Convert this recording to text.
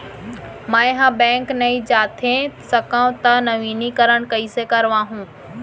मैं ह बैंक नई जाथे सकंव त नवीनीकरण कइसे करवाहू?